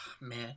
man